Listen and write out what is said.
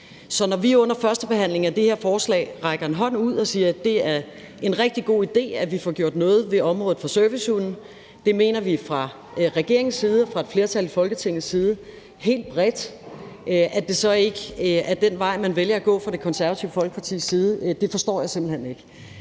Så når vi under førstebehandlingen af det her forslag rækker en hånd ud og siger, at det er en rigtig god idé, at vi får gjort noget ved området for servicehunde – det mener vi fra regeringens side, fra et flertal i Folketingets side helt bredt – og det så ikke er den vej, man vælger at gå fra Det Konservative Folkepartis side, så forstår jeg det simpelt hen ikke.